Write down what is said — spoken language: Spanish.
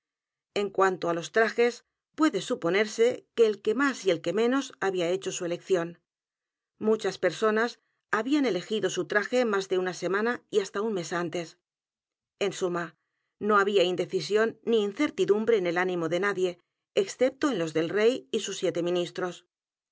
en cuanto ó los trajes puede suponerse que el que más y el que menos había hecho su elección muchas personas habían elegido su traje más de una semana y hasta un mes antes en suma no había indecisión ni incerlidumbre en el ánimo de nadie excepto en los del rey y sus siete ministros